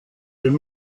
den